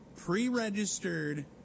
pre-registered